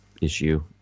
issue